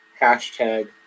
Hashtag